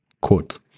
quote